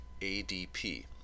ADP